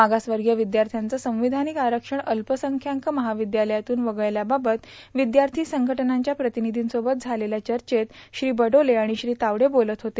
मागासवर्गीय विद्यार्थ्यांचे संविधानिक आरक्षण अल्पसंख्याक महाविद्यालयातून वगळल्याबाबत विद्यार्थी संघटनांच्या प्रतिनिधींसोबत झालेल्या चर्चेत श्री बडोले आणि श्री तावडे बोलत होते